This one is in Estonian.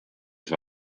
see